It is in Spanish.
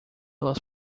los